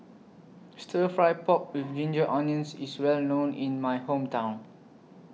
Stir Fry Pork with Ginger Onions IS Well known in My Hometown